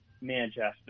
Manchester